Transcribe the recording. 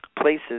places